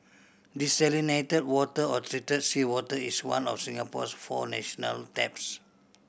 desalinated water or treated seawater is one of Singapore's four national taps